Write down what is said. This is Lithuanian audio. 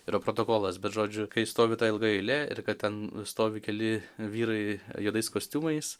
yra protokolas bet žodžiu kai stovi ta ilga eilė ir kad ten stovi keli vyrai juodais kostiumais